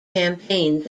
campaigns